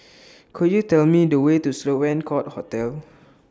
Could YOU Tell Me The Way to Sloane Court Hotel